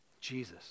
Jesus